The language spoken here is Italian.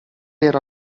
era